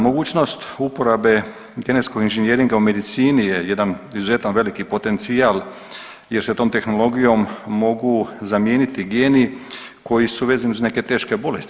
Mogućnost uporabe genetskog inženjeringa u medicini je jedan izuzetno veliki potencijal jer se tom tehnologijom mogu zamijeniti geni koji su vezani uz neke teške bolesti.